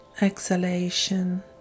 exhalation